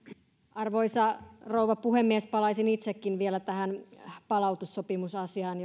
arvoisa rouva puhemies palaisin itsekin vielä tähän palautussopimusasiaan